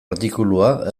artikulua